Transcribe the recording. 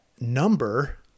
number